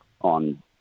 on